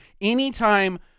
Anytime